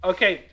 Okay